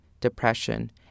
depression